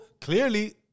Clearly